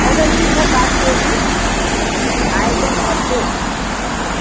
अच्छा ठीक है बात होगी आएँगे नमस्ते नमस्ते